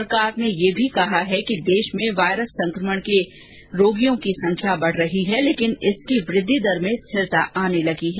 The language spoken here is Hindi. सरकार ने यह भी कहा है कि देश में वायरस संक्रमण के रोगियों की संख्या बढ़ रही है लेकिन इसकी वृद्धि दर में स्थिरता आने लगी है